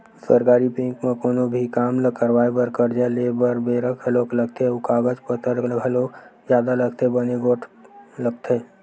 सरकारी बेंक म कोनो भी काम ल करवाय बर, करजा लेय बर बेरा घलोक लगथे अउ कागज पतर घलोक जादा लगथे बने पोठ लगथे